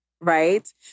right